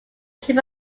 ship